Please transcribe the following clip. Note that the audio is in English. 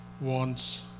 wants